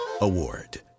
award